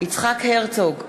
יצחק הרצוג,